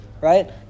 Right